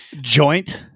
joint